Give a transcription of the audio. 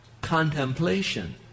contemplation